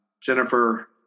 Jennifer